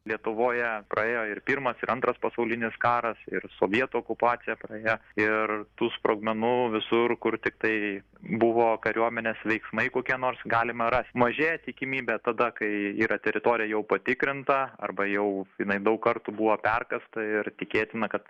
lietuvoje praėjo ir pirmas ir antras pasaulinis karas ir sovietų okupacija praėjo ir tų sprogmenų visur kur tiktai buvo kariuomenės veiksmai kokie nors galime rast mažėja tikimybė tada kai yra teritorija jau patikrinta arba jau jinai daug kartų buvo perkasta ir tikėtina kad